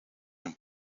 een